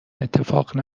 اتفاق